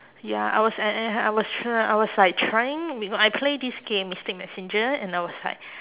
ya I was a~ at and I was try~ I was like trying you know I play this game mystic-messenger and I was like